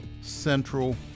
Central